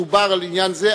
דובר על עניין זה.